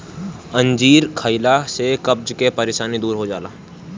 अंजीर खइला से कब्ज के परेशानी दूर हो जाला